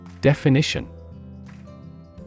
Definition